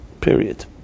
period